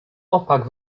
opak